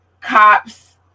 cops